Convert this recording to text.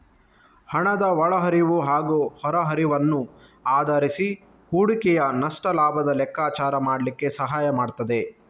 ಹಣದ ಒಳ ಹರಿವು ಹಾಗೂ ಹೊರ ಹರಿವನ್ನು ಆಧರಿಸಿ ಹೂಡಿಕೆಯ ನಷ್ಟ ಲಾಭದ ಲೆಕ್ಕಾಚಾರ ಮಾಡ್ಲಿಕ್ಕೆ ಸಹಾಯ ಮಾಡ್ತದೆ